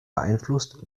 beeinflusst